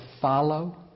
follow